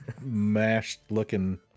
mashed-looking